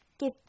Give